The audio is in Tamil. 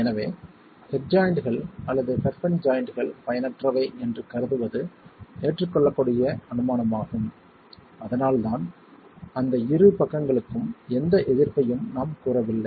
எனவே ஹெட் ஜாய்ண்ட்கள் அல்லது பெர்பென்ட் ஜாய்ண்ட்கள் பயனற்றவை என்று கருதுவது ஏற்றுக்கொள்ளக்கூடிய அனுமானமாகும் அதனால்தான் அந்த இரு பக்கங்களுக்கும் எந்த எதிர்ப்பையும் நாம் கூறவில்லை